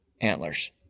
antlers